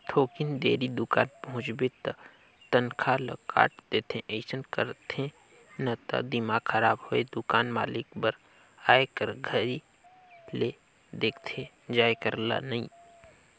थोकिन देरी दुकान पहुंचबे त तनखा ल काट देथे अइसन करथे न त दिमाक खराब होय दुकान मालिक बर आए कर घरी ले देखथे जाये कर ल नइ